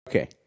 Okay